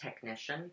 technician